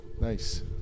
Nice